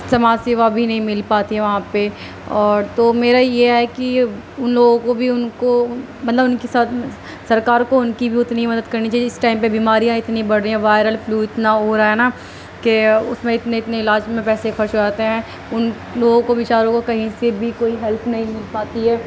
سماج سیوا بھی نہیں مل پاتی وہاں پہ اور تو میرا یہ ہے کہ ان لوگوں کو بھی ان کو مطلب ان کے ساتھ سرکار کو ان کی بھی اتنی مدد کرنی چاہیے اس ٹائم پہ بیماریاں اتنی بڑھ رہی ہیں وائرل فلو اتنا ہو رہا ہے نا کہ اس میں اتنے اتنے علاج میں پیسے خرچ ہو جاتے ہیں ان لوگوں کو بیچاروں کو کہیں سے بھی کوئی ہیلپ نہیں مل پاتی ہے